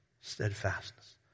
Steadfastness